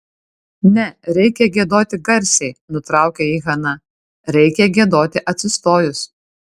ne reikia giedoti garsiai nutraukė jį hana reikia giedoti atsistojus